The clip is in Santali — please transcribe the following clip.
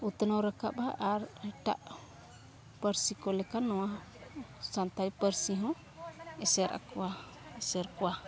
ᱩᱛᱱᱟᱹᱣ ᱨᱟᱠᱟᱵᱼᱟ ᱟᱨ ᱮᱴᱟᱜ ᱯᱟᱹᱨᱥᱤ ᱠᱚ ᱞᱮᱠᱟ ᱱᱚᱣᱟ ᱥᱟᱱᱛᱟᱲᱤ ᱯᱟᱹᱨᱥᱤ ᱦᱚᱸ ᱮᱥᱮᱨ ᱟᱠᱚᱣᱟ ᱮᱥᱮᱨ ᱠᱚᱣᱟ